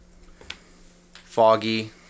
foggy